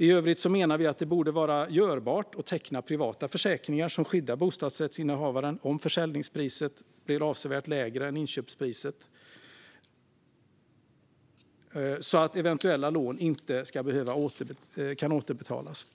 I övrigt menar vi att det borde vara görbart att teckna privata försäkringar som skyddar bostadsrättsinnehavaren om försäljningspriset blir avsevärt lägre än inköpspriset och eventuella lån därför inte kan återbetalas.